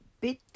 bit